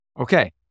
okay